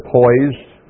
poised